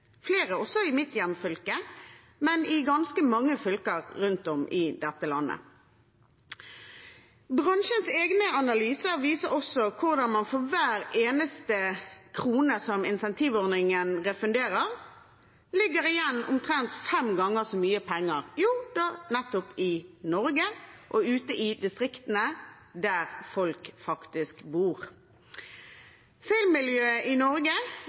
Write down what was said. flere av dem i mitt hjemfylke, men også i ganske mange andre fylker rundt om i dette landet. Bransjens egne analyser viser også hvordan det for hver eneste krone som insentivordningen refunderer, ligger igjen omtrent fem ganger så mye penger i Norge og ute i distriktene der folk faktisk bor. Filmmiljøet i Norge